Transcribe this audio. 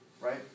right